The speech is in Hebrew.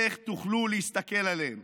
איך תוכלו להסתכל עליהם?